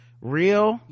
real